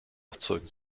erzeugen